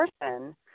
person